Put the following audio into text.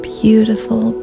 beautiful